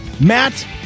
matt